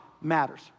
matters